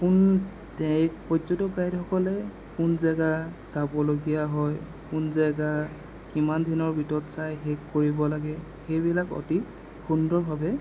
কোন এই পৰ্যটক গাইডসকলে কোন জেগা চাবলগীয়া হয় কোন জেগা কিমান দিনৰ ভিতৰত চাই শেষ কৰিব লাগে সেইবিলাক অতি সুন্দৰভাৱে